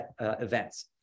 events